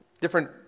different